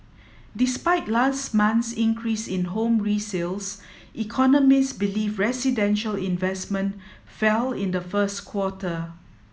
despite last month's increase in home resales economists believe residential investment fell in the first quarter